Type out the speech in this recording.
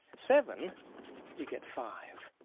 seven we get five.